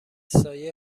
سایه